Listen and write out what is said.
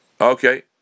Okay